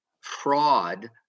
fraud